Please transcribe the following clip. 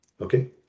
Okay